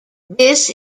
this